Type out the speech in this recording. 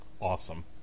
awesome